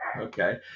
Okay